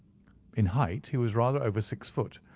in height he was rather over six feet,